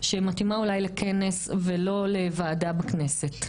שמתאימה אולי לכנסת ולא לוועדה בכנסת.